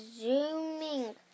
zooming